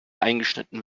eingeschnitten